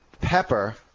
pepper